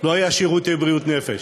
לא היו שירותי בריאות נפש.